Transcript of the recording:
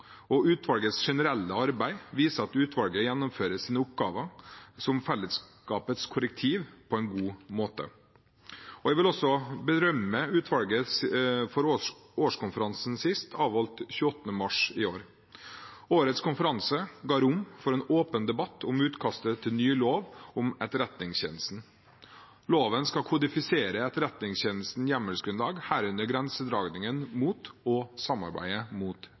og utvalgets generelle arbeid viser at utvalget gjennomfører sine oppgaver som fellesskapets korrektiv på en god måte. Jeg vil også berømme utvalget for årskonferansen, avholdt 28. mars i år. Årets konferanse ga rom for en åpen debatt om utkastet til ny lov om etterretningstjenesten. Loven skal kodifisere etterretningstjenestens hjemmelsgrunnlag, herunder grensedragningen mot